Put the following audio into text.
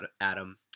Adam